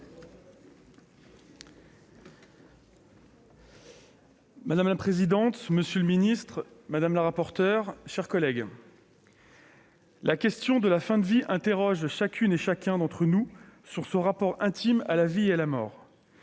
Madame la présidente, monsieur le ministre, madame la rapporteure, mes chers collègues, la question de la fin de vie « interroge chacune et chacun d'entre nous sur son rapport intime à la vie et à la mort.